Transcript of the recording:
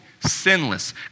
Sinless